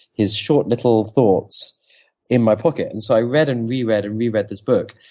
his short little thoughts in my pocket. and so i read and reread ah reread this book.